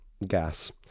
gas